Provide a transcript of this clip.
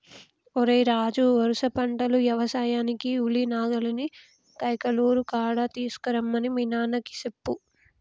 ఓరై రాజు వరుస పంటలు యవసాయానికి ఉలి నాగలిని కైకలూరు కాడ తీసుకురమ్మని మీ నాన్నకు చెప్పు